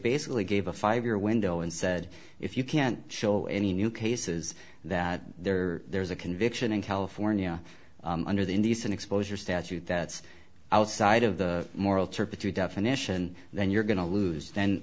basically gave a five year window and said if you can't show any new cases that there are there's a conviction in california under the indecent exposure statute that's outside of the moral turpitude definition then you're going to lose th